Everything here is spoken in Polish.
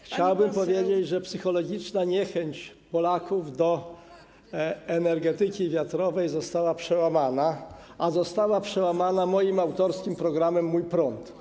Chciałbym powiedzieć, że psychologiczna niechęć Polaków do energetyki wiatrowej została przełamana, a została przełamana moim autorskim programem ˝Mój prąd˝